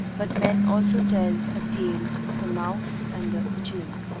but men also tell a tale of the mouse and the ichneumon